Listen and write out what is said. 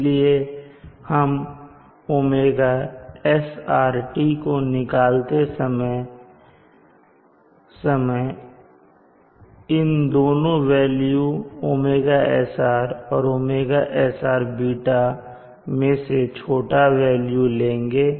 इसलिए हम ωsrt को निकालते समय कि दोनों वेल्यू ωsr और ωsrß मे से छोटा वेल्यू लेंगे